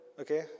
okay